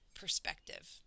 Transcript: perspective